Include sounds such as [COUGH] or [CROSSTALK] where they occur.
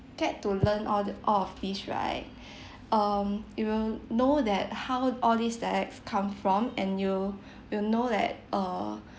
get to learn all the all of these right [BREATH] um you will know that how all these dialects come from and you [BREATH] will know that err [BREATH]